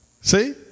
See